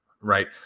right